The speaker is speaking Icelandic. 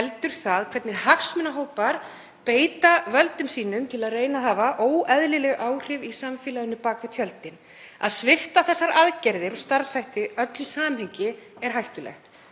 heldur það hvernig hagsmunahópar beita völdum sínum til að reyna að hafa óeðlileg áhrif í samfélaginu bak við tjöldin. Að svipta þessar aðgerðir og starfshætti öllu samhengi er hættulegt,